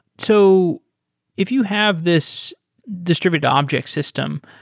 so if you have this distributed object system,